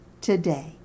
today